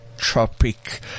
Tropic